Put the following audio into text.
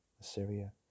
Assyria